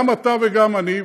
גם אתה וגם אני,